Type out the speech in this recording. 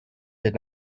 did